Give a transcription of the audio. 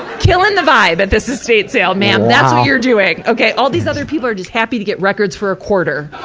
killing the vibe at this estate sale. ma'am, that's what you're doing, okay? all these other people are just happy to get records for a quarter.